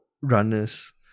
runners